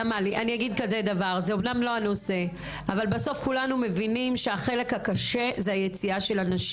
זה אמנם לא הנושא אבל בסוף כולם מבינים שהחלק הקשה הוא היציאה מהמקלט.